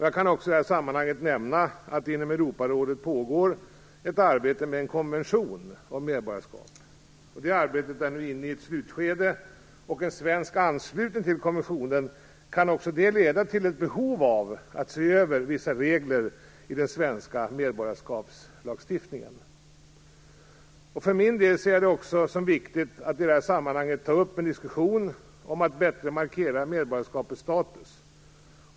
Jag kan i det här sammanhanget också nämna att inom Europarådet pågår ett arbete med en konvention om medborgarskap. Det arbetet är nu inne i slutskedet. En svensk anslutning till konventionen kan också leda till att vissa regler i den svenska medborgarskapslagstiftningen behöver ses över. Jag för min del ser det också som viktigt att i det här sammanhanget ta upp en diskussion om att bättre markera medborgarskapets status.